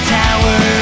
tower